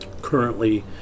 currently